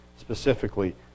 specifically